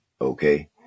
Okay